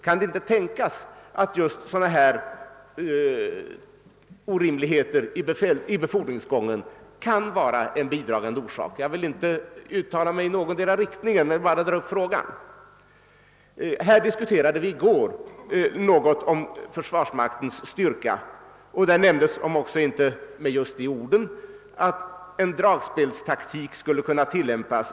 Kan det inte tänkas att just sådana här orimligheter i befordringsgången är en bidragande orsak? Jag vill inte uttala mig i någondera riktningen; jag vill bara dra upp frågan. I går diskuterade vi något om försvarsmaktens styrka. Därvid nämndes, om också inte just med de orden, att en dragspelstaktik skulle kunna tillämpas.